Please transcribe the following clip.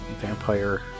vampire